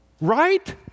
Right